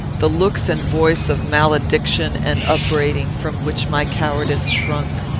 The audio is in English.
the looks and voice of malediction and upbraiding, from which my cowardice shrunk.